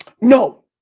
no